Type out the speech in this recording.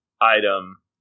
item